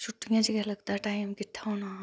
छुट्टियें च मिलने दा ते मौका मिलदा